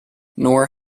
nor